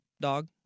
dog